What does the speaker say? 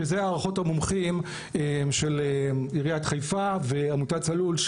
שזה הערכות המומחים של עיריית חיפה ועמותת צלול,